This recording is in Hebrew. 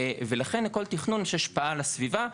ולכן לכל תכנון יש השפעה על הסביבה.